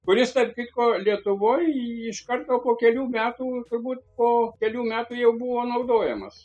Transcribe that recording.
kuris tarpkitko lietuvoj iš karto po kelių metų turbūt po kelių metų jau buvo naudojamas